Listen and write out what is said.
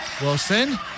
Wilson